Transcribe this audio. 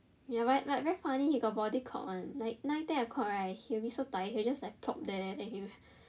ya but but very funny he got body clock [one] like nine ten o'clock right he will be so tired he will just like plop there and then he